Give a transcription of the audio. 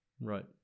right